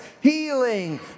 healing